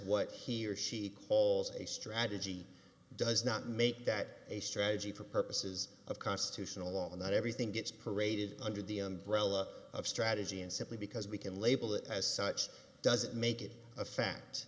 what he or she calls a strategy does not make that a strategy for purposes of constitutional law and that everything gets paraded under the umbrella of strategy and simply because we can label it as such doesn't make it